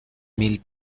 mil